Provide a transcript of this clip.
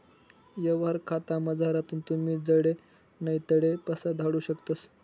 यवहार खातामझारथून तुमी जडे नै तठे पैसा धाडू शकतस